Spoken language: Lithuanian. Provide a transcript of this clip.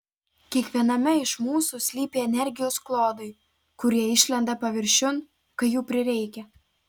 kiekviename iš mūsų slypi energijos klodai kurie išlenda paviršiun kai jų prireikia